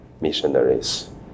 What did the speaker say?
missionaries